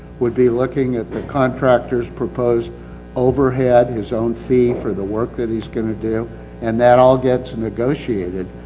would be looking at the contractor's proposed overhead. his own fee for the work that he's gonna do and that all gets negotiated.